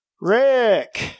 Rick